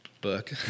book